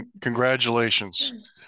congratulations